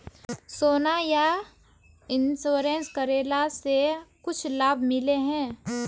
सोना यह इंश्योरेंस करेला से कुछ लाभ मिले है?